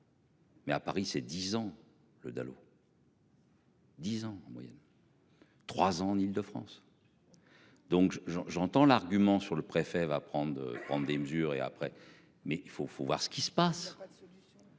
Mais à Paris, c'est 10 ans le Dalo. 10 ans en moyenne. 3 ans en Île-de-France. Donc je j'en, j'entends l'argument sur le préfet va prendre, prendre des mesures et après mais il faut, faut voir ce qui se passe.